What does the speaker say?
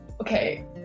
Okay